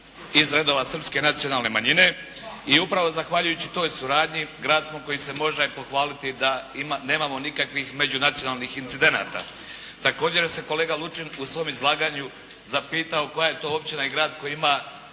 iz redova srpske nacionalne manjine i upravo zahvaljujući toj suradnji grad smo koji se može pohvaliti a nemamo nikakvih međunacionalnih incidenata. Također se kolega Lučin u svom izlaganju zapitao koja je to općina i grad koja ima